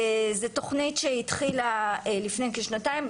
זה תוכנית שהתחילה לפני כשנתיים.